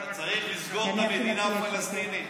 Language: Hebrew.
אתה צריך לסגור את המדינה הפלסטינית.